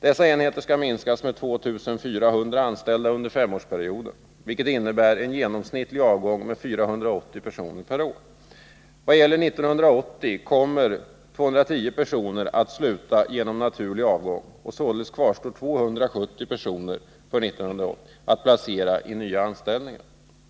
Dessa enheter skall minskas med 2 400 anställda under femårsperioden, vilket innebär en genomsnittlig avgång med 480 personer per år. När det gäller 1980 kommer 210 personer att sluta genom naturlig avgång, och således kvarstår 270 personer under 1980 att placera i nya anställningar.